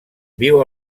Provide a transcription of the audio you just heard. viu